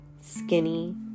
skinny